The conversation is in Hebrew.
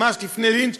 ממש לפני לינץ',